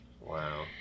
Wow